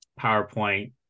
PowerPoint